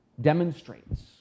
demonstrates